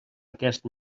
aquest